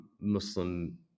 Muslim